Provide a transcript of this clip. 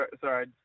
sorry